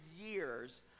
years